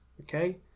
okay